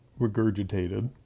regurgitated